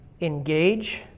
engage